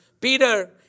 Peter